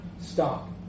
stop